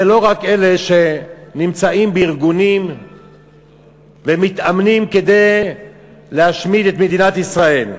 זה לא רק אלה שנמצאים בארגונים ומתאמנים כדי להשמיד את מדינת ישראל.